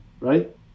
right